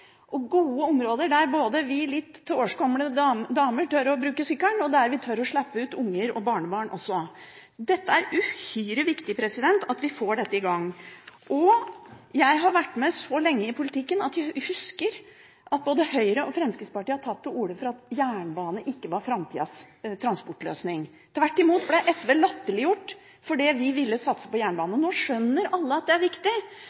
lage gode bymiljøer og gode områder der vi litt tilårskomne damer tør å bruke sykkelen, og der vi også tør å slippe ut unger og barnebarn. Dette er det uhyre viktig at vi får i gang. Jeg har vært med så lenge i politikken at jeg husker da både Høyre og Fremskrittspartiet tok til orde for at jernbanen ikke var framtidas transportløsning. Tvert imot ble SV latterliggjort fordi vi ville satse på jernbanen. Nå skjønner alle at det er viktig.